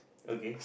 okay